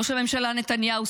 ראש הממשלה נתניהו,